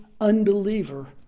unbeliever